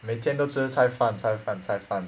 每天都吃菜饭菜饭菜饭